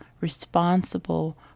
responsible